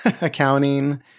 accounting